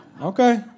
Okay